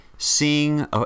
Seeing